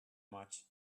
much